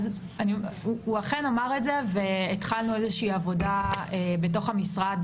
הוא אכן אמר את זה והתחלנו איזושהי עבודה בתוך המשרד